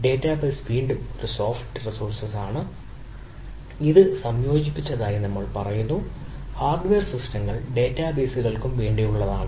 database വീണ്ടും ഒരു soft റിസോഴ്സാണ് ഇത് സംയോജിപ്പിച്ചതായി നമ്മൾ പറയുന്നത് ഹാർഡ്വെയർ സിസ്റ്റങ്ങൾ ഡാറ്റാബേസുകൾക്കും വേണ്ടിയുള്ളതാണ്